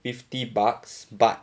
fifty bucks but